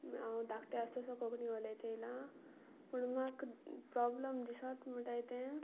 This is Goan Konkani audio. हांव धाकटें आसत सावन कोंकणी उलयत येलां पूण म्हाका प्रोब्लम दिसता म्हुणटाय तें